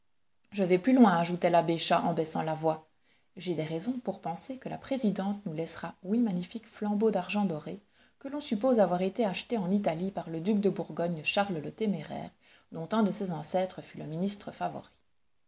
je vais plus loin ajoutait l'abbé chas en baissant la voix j'ai des raisons pour penser que la présidente nous laissera huit magnifiques flambeaux d'argent doré que l'on suppose avoir été achetés en italie par le duc de bourgogne charles le téméraire dont un de ses ancêtres fut le ministre favori